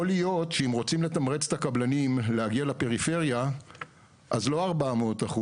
יכול להיות שאם רוצים לתמרץ את הקבלנים להגיע לפריפריה אז לא 400%,